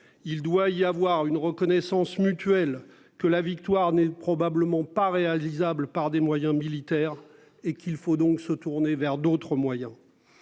il doit y avoir une reconnaissance mutuelle que la victoire n'est probablement pas réalisable par des moyens militaires et qu'il faut donc se tourner vers d'autres moyens.